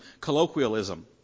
colloquialism